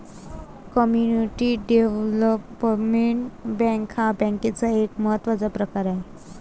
community development bank हा बँकेचा एक महत्त्वाचा प्रकार आहे